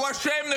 הוא אשם.